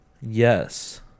yes